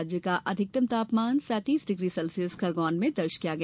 राज्य का अधिकतम तापमान सैतीस डिग्री सेल्सियस खरगौन में दर्ज किया गया